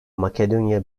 makedonya